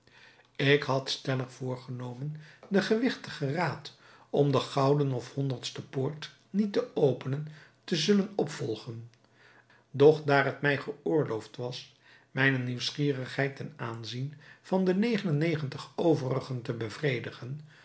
ik had stellig voorgenomen den gewigtigen raad om de gouden of honderdste poort niet te openen te zullen opvolgen doch daar het mij geoorloofd was mijne nieuwsgierigheid ten aanzien van de negen en negentig overigen te bevredigen